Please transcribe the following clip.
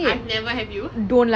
I never have you